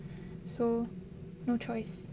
so no choice